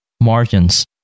margins